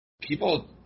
people